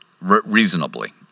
reasonably